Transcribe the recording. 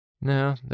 No